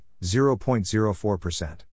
0.04%